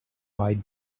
white